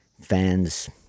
fans